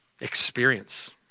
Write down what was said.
experience